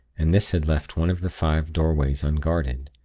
and this had left one of the five doorways unguarded.